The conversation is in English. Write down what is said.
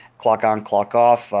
clock on, clock off,